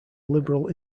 liberal